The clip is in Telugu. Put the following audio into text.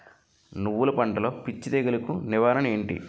నువ్వులు పంటలో పిచ్చి తెగులకి నివారణ ఏంటి?